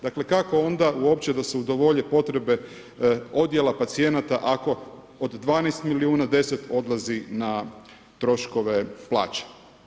Dakle kako onda uopće da se udovolji potrebe odjela pacijenata ako od 12 milijuna 10 odlazi na troškove plaća.